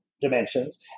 dimensions